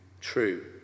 true